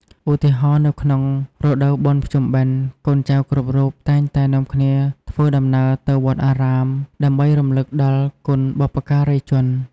ឧទាហរណ៍ នៅក្នុងរដូវបុណ្យភ្ជុំបិណ្ឌ កូនចៅគ្រប់រូបតែងតែនាំគ្នាធ្វើដំណើរទៅវត្តអារាម ដើម្បីរំលឹកដល់គុណបុព្វការីជន។